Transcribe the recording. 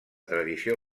tradició